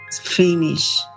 finish